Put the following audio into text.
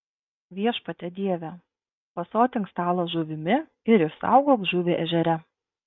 viešpatie dieve pasotink stalą žuvimi ir išsaugok žuvį ežere